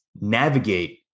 navigate